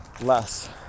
less